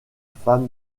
femme